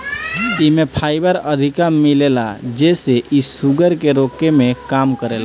एमे फाइबर अधिका मिलेला जेसे इ शुगर के रोके में काम करेला